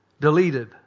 deleted